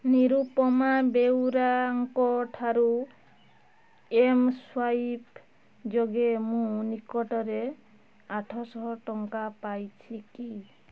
ନିରୁପମା ବେଉରାଙ୍କ ଠାରୁ M swipe ଯୋଗେ ମୁଁ ନିକଟରେ ଆଠଶହ ଟଙ୍କା ପାଇଛି କି